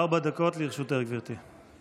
ארבע דקות לרשותך, גברתי.